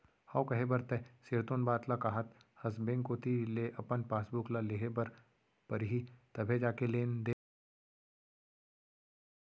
हव कहे बर तैं सिरतोन बात ल काहत हस बेंक कोती ले अपन पासबुक ल लेहे बर परही तभे जाके लेन देन के बरोबर जानकारी ह होय पाही